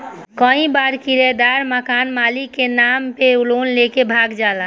कई बार किरायदार मकान मालिक के नाम पे लोन लेके भाग जाला